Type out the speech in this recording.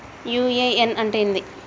UAN అంటే ఏంది?